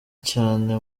cyane